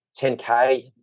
10K